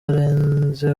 arenze